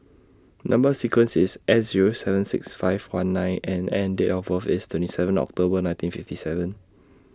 Number sequence IS S Zero seven six five one nine N and Date of birth IS twenty seven October nineteen fifty seven